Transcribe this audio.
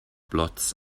blots